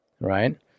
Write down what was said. right